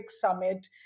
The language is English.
summit